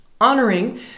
honoring